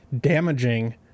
damaging